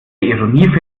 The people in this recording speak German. ironie